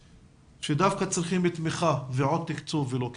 שדווקא צריכים תמיכה ועוד תקצוב ולא קיצוץ.